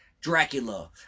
Dracula